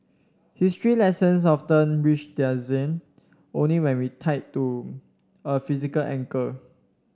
history lessons often reach their zenith only when tied to a physical anchor